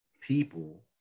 people